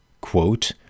quote